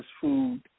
food